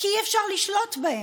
כי אי-אפשר לשלוט בהם.